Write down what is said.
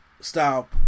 style